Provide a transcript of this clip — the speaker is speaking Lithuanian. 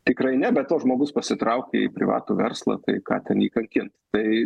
tikrai ne be to žmogus pasitraukė į privatų verslą tai ką ten jį kankint tai